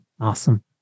Awesome